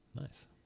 Nice